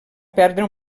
perdre